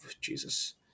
Jesus